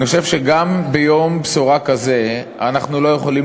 אני חושב שגם ביום בשורה כזה אנחנו לא יכולים